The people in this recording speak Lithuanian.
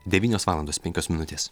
devynios valandos penkios minutės